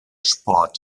sport